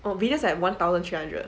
orh videos I have one thousand three hundred